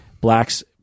blacks